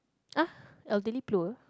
uh elderly poor